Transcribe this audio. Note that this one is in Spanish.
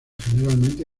generalmente